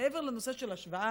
מעבר לנושא של השוואה